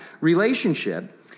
relationship